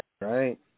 right